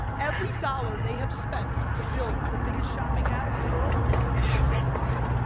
every dollar they have spent to build the biggest shopping app in the world has been on facebook.